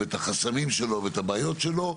ואת החסמים שלו ואת הבעיות שלו.